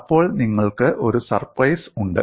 അപ്പോൾ നിങ്ങൾക്ക് ഒരു സർപ്രൈസ് ഉണ്ട്